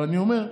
אבל אני אומר,